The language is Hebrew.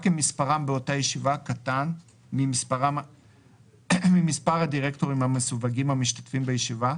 אם מספרם באותה הישיבה קטן ממספר הדירקטורים המסווגים המשתתפים בישיבה,